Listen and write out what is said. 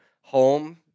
home